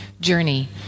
journey